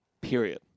period